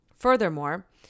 Furthermore